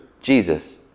jesus